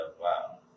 wow